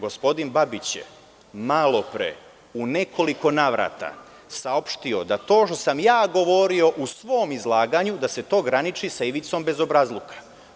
Gospodin Babić je malopre u nekoliko navrata saopštio da to što sam ja govorio u svom izlaganju, da se to graniči sa ivicom bezobrazluka.